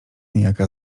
niejaka